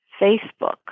Facebook